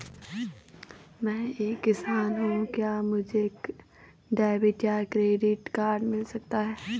मैं एक किसान हूँ क्या मुझे डेबिट या क्रेडिट कार्ड मिल सकता है?